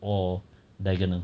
or diagonal